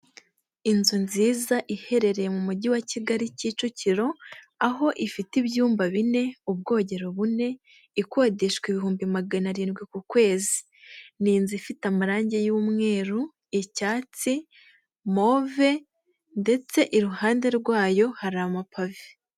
Inzu nziza iherereye mu mujyi wa Kigali Kicukiro aho ifite ibyumba bine, ubwogero bune, ikodeshwa ibihumbi magana arindwi ku kwezi. Ni inzu ifite amarange y'umweru, icyatsi, move ndetse iruhande rwayo hari amapave.